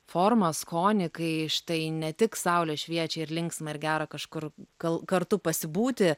formą skonį kai štai ne tik saulė šviečia ir linksma ir gera kažkur gal kartu pasibūti